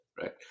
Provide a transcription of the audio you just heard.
right